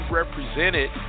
represented